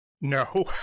No